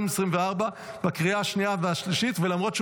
17, נגד, ארבעה, אין נמנעים, נוכח אחד.